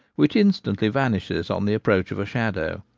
which instantly vanishes on the approach of a shadow.